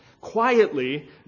quietly